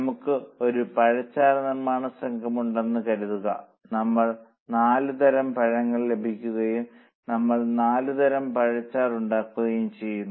നമുക്ക് ഒരു പഴച്ചാറ് നിർമ്മാണ സംഘം ഉണ്ടെന്ന് കരുതുക നമ്മൾക്ക് നാലു തരം പഴങ്ങൾ ലഭിക്കുകയും നമ്മൾ നാലുതരം പഴച്ചാർ ഉണ്ടാക്കുകയും ചെയ്തു